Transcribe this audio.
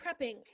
prepping